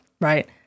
right